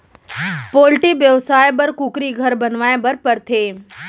poultry बेवसाय बर कुकुरी घर बनवाए बर परथे